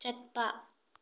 ꯆꯠꯄ